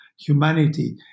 humanity